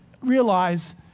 realize